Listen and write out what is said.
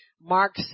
mark